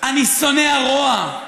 אני שונא רוע.